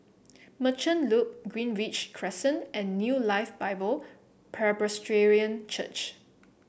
Merchant Loop Greenridge Crescent and New Life Bible Presbyterian Church